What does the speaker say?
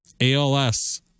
ALS